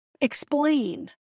explain